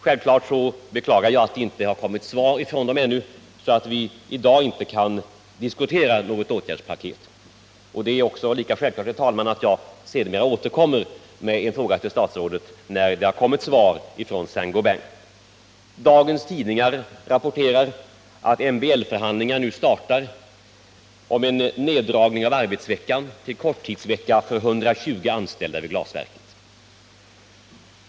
Självfallet beklagar jag att det ännu inte kommit något svar från Saint 'Gobain och att vi i dag därför inte kan diskutera något åtgärdspaket. Det är självklart, herr talman, att jag återkommer med en fråga till statsrådet när det har kommit svar från Saint Gobain. Dagens tidningar rapporterar att en delförhandling nu startar om en neddragning av arbetsveckan till korttidsvecka för 120 anställda vid glasverket.